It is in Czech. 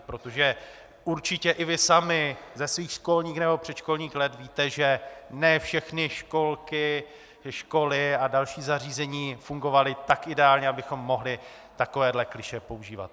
Protože určitě i vy sami ze svých školních nebo předškolních let víte, že ne všechny školky, školy a další zařízení fungovaly tak ideálně, abychom mohli takovéto klišé používat.